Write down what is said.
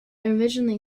originally